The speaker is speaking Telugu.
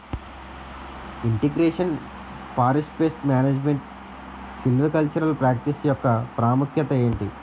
integration forest pest management silvicultural practice యెక్క ప్రాముఖ్యత ఏంటి